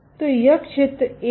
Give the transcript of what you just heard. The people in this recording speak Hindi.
तो यह क्षेत्र ए है